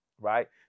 right